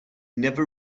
never